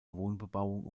wohnbebauung